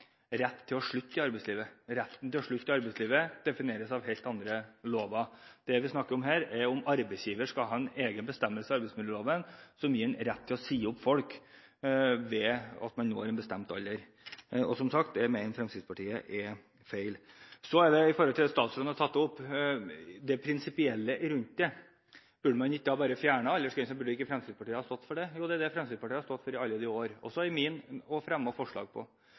rett til å slutte i arbeidslivet. Retten til å slutte i arbeidslivet defineres av helt andre lover. Det vi snakker om her, er om arbeidsgiver skal ha en egen bestemmelse i arbeidsmiljøloven som gir ham rett til å si opp folk når man har nådd en bestemt alder. Som sagt mener Fremskrittspartiet at det er feil. Så til det statsråden har tatt opp, og til det prinsipielle rundt det. Burde man ikke bare fjernet aldersgrensene, og burde ikke Fremskrittspartiet ha stått for det? Jo, det er det Fremskrittspartiet har stått for i alle år, og som vi har fremmet forslag om. I min naivitet har jeg lyttet til de andre politiske partiene på